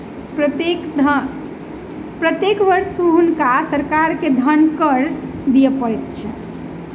प्रत्येक वर्ष हुनका सरकार के धन कर दिअ पड़ैत छल